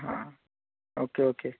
आं हां okay okay